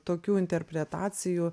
tokių interpretacijų